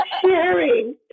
sharing